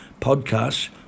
podcasts